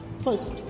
first